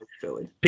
Philly